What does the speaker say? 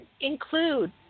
include